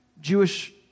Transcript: Jewish